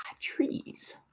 trees